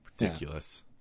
ridiculous